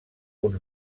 uns